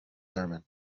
german